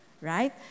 right